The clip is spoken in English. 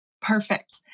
Perfect